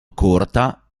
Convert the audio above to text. corta